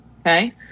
Okay